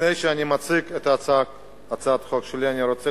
לפני שאני מציג את הצעת החוק שלי אני רוצה